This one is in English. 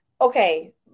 Okay